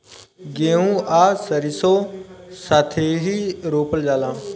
गेंहू आ सरीसों साथेही रोपल जाला